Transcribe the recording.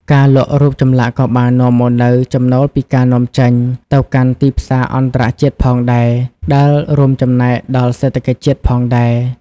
ការលក់រូបចម្លាក់ក៏បាននាំមកនូវ ចំណូលពីការនាំចេញ ទៅកាន់ទីផ្សារអន្តរជាតិផងដែរ ដែលចូលរួមចំណែកដល់សេដ្ឋកិច្ចជាតិផងដែរ។